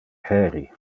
heri